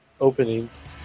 openings